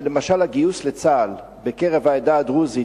שלמשל הגיוס לצה"ל בקרב העדה הדרוזית